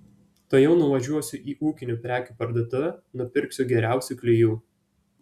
tuojau nuvažiuosiu į ūkinių prekių parduotuvę nupirksiu geriausių klijų